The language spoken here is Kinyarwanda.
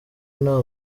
nta